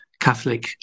Catholic